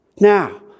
Now